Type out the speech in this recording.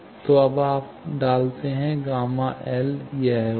तो अब आप डालते हैं Γ ¿ यह होगा